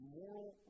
moral